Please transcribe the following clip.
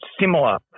similar